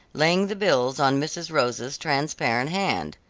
laying the bills on mrs. rosa's transparent hand.